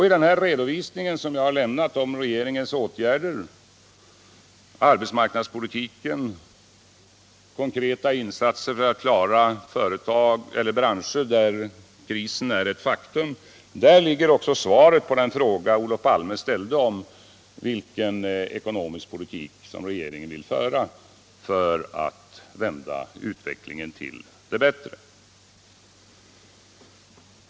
I den redovisning som jag har lämnat om regeringens åtgärder — arbetsmarknadspolitiken, konkreta insatser för att klara branscher där krisen är ett faktum — ligger också svaret på den fråga som Olof Palme ställde om vilken ekonomisk politik som regeringen vill föra för att vända utvecklingen till det bättre.